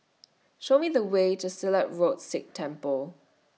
Show Me The Way to Silat Road Sikh Temple